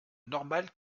normal